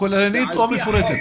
כוללנית או מפורטת?